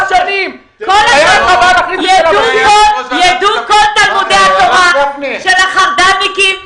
יידעו כל תלמודי התורה של החרד"לניקים,